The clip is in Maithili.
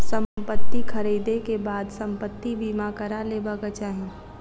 संपत्ति ख़रीदै के बाद संपत्ति बीमा करा लेबाक चाही